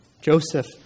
Joseph